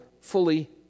fully